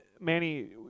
Manny